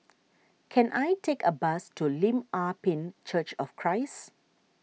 can I take a bus to Lim Ah Pin Church of Christ